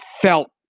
felt